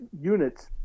units